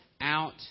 out